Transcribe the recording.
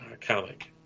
comic